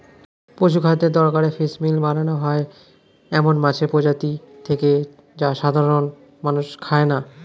পশুখাদ্যের দরকারে ফিসমিল বানানো হয় এমন মাছের প্রজাতি থেকে যা সাধারনত মানুষে খায় না